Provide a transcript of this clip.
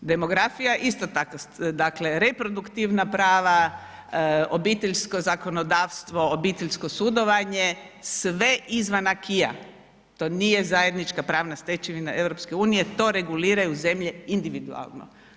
Demografija, isto tako, dakle reproduktivna prava, obiteljsko zakonodavstvo, obiteljsko sudovanje sve izvan aquis-a, to nije zajednička pravna stečevina EU, to reguliraju zemlje individualno.